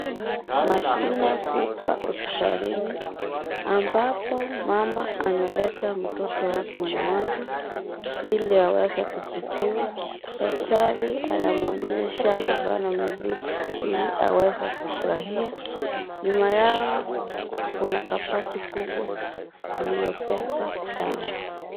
Mashine kubwa hospitalini, ambapo mama ameleta mtoto wake mgonjwa ili aweze kutibiwa, daktari anamwonyesha mifano mizuri ili aweze kufurahia, nyuma yao kuna kabati lililobeba dawa.